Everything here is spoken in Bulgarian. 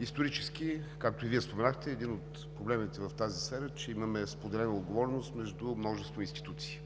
Исторически, както и Вие споменахте, един от проблемите в тази сфера е, че имаме споделена отговорност между множество институции.